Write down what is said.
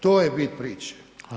To je bit priče.